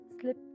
slip